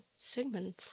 Sigmund